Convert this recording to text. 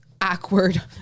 awkward